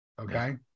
Okay